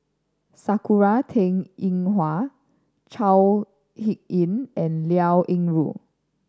Sakura Teng Ying Hua Chao Hick Tin and Liao Yingru